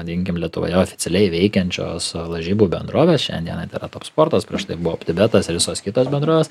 vadinkim lietuvoje oficialiai veikiančios lažybų bendrovės šiandienai tai yra toks sportas prieš tai buvo optibetas ir visos kitos bendrovės